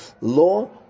law